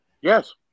Yes